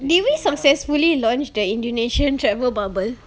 did we successfully launch the indonesian travel bubble